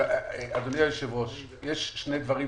אדוני היושב ראש, יש שני דברים,